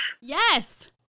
Yes